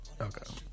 Okay